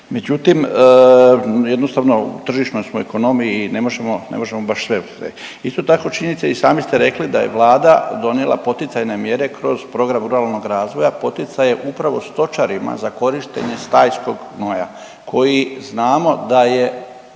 međutim jednostavno u tržišnoj smo ekonomiji i ne možemo baš sve … Isto tako činjenica i sami ste rekli da je vlada donijela poticajne mjere kroz program Ruralnog razvoja, poticaje upravo stočarima za korištenje stajskog gnoja koji znamo da je